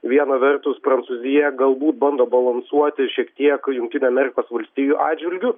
viena vertus prancūzija galbūt bando balansuoti šiek tiek jungtinių amerikos valstijų atžvilgiu